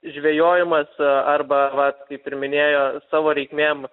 žvejojimas arba vat kaip ir minėjo savo reikmėm